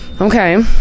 Okay